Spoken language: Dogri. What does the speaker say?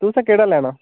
तुसें केह्ड़ा लैना